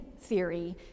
theory